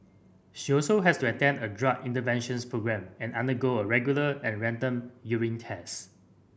she also has to attend a drug interventions programme and undergo regular and random urine test